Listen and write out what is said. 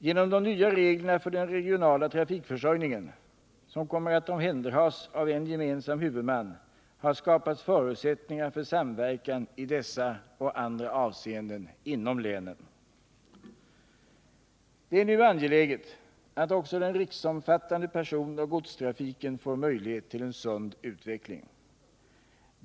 Genom de nya reglerna för den regionala trafikförsörjningen, som kommer att omhänderhas av en gemensam huvudman, har skapats förutsättningar för samverkan i dessa och andra avseenden inom länen. Det är nu angeläget att också den riksomfattande personoch godstrafiken får möjlighet till en sund utveckling.